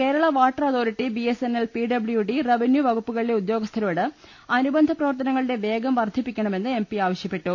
Kerala water authority BSNL PWD revenue വകുപ്പുകളിലെ ഉദ്യോഗസ്ഥരോട് അനുബന്ധ പ്രവർത്തന ങ്ങളുടെ വേഗം വർദ്ധിപ്പിക്കണമെന്ന് എംപി ആവശ്യപ്പെട്ടു